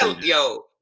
Yo